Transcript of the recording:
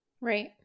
Right